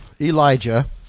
Elijah